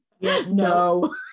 No